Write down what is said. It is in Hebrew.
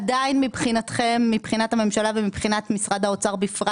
עדיין מבחינת הממשלה ומבחינת משרד האוצר בפרט